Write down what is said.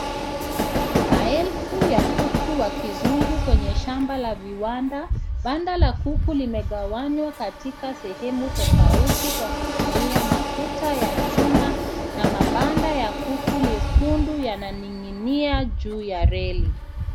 Maefu ya kuku wa kizungu kwenye shamba la viwanda. Banda la kuku limegawanywa katika sehemu tofauti kwa kutumia matuta ya chuma na mabanda ya kuku nyekundu yananinginia juu ya reli.